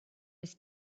his